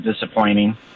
disappointing